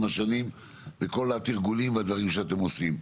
השנים וכל התרגולים והדברים שאתם עושים.